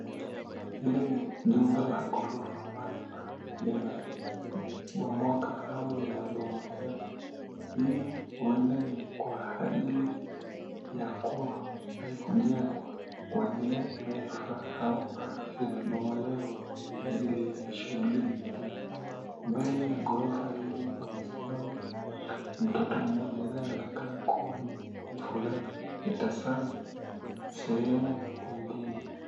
Hili ni jumba la ghorofa ambalo limebomoka au limebomolewa. Hii huenda ni kwa hajali ya kuwa haikujengwa kwa njia inayofaa au limebomolewa kwa minajili ya shughuli nyingine. Mbele ya ghorofa hili pamesimama mtoto mmoja anayeonekana kuwa ni mfulana akitasamu sehemu nyingine.